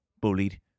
bullied